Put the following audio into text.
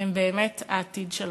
הם באמת העתיד שלנו.